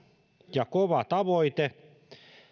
ja kova tavoite